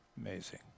Amazing